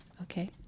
Okay